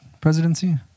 presidency